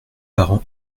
parent